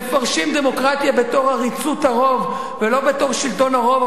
מפרשים דמוקרטיה בתור עריצות הרוב ולא בתור שלטון הרוב.